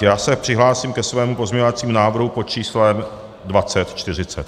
Já se přihlásím ke svému pozměňovacímu návrhu pod číslem 2040.